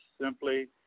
simply